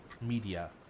media